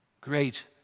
great